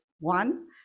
one